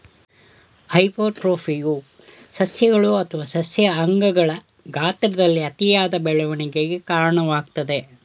ಹೈಪರ್ಟ್ರೋಫಿಯು ಸಸ್ಯಗಳು ಅಥವಾ ಸಸ್ಯ ಅಂಗಗಳ ಗಾತ್ರದಲ್ಲಿ ಅತಿಯಾದ ಬೆಳವಣಿಗೆಗೆ ಕಾರಣವಾಗ್ತದೆ